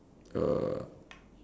uh